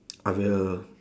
I will